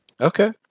Okay